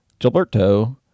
Gilberto